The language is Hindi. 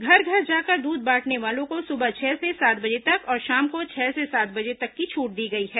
घर घर जाकर दूध बांटने वालों को सुबह छह से सात बजे तक और शाम को छह से सात बजे तक की छूट दी गई है